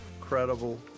credible